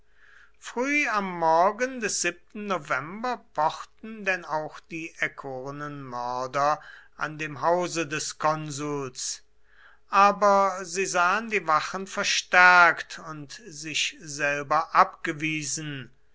früh am morgen des november pochten denn auch die erkorenen mörder an dem hause des konsuls aber sie sahen die wachen verstärkt und sich selber abgewiesen